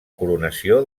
coronació